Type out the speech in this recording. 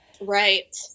Right